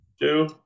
two